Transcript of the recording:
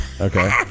Okay